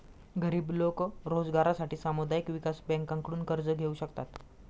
गरीब लोक रोजगारासाठी सामुदायिक विकास बँकांकडून कर्ज घेऊ शकतात